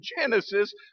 Genesis